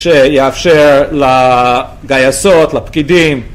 שיאפשר לגייסות, לפקידים